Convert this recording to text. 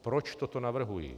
Proč toto navrhuji?